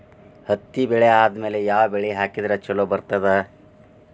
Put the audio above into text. ಹತ್ತಿ ಬೆಳೆ ಆದ್ಮೇಲ ಯಾವ ಬೆಳಿ ಹಾಕಿದ್ರ ಛಲೋ ಬರುತ್ತದೆ?